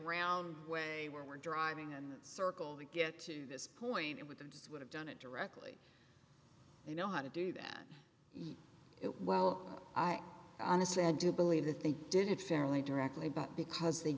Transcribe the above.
of round way we're driving in that circle to get to this point it would have just would have done it directly you know how to do that it well i honestly i do believe that they did it fairly directly but because they